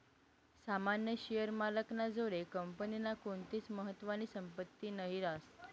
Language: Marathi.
सामान्य शेअर मालक ना जोडे कंपनीनी कोणतीच महत्वानी संपत्ती नही रास